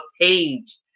page